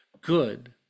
Good